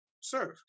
serve